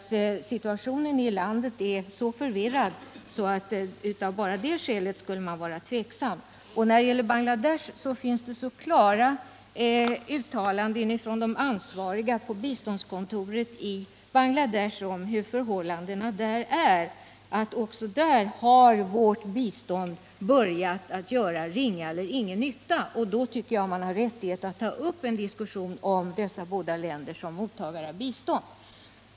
Situationen inne i landet är så förvirrad att man bara av det skälet skulle vara tveksam. Och när det gäller Bangladesh finns det så klara uttalanden av de ansvariga på biståndskontoret i Bangladesh om hur förhållandena är, att också där har vårt bistånd börjat göra ringa eller ingen nytta. Därför tycker jag att man har rätt att ta upp en diskussion om dessa båda länder som mottagare av bistånd.